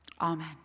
Amen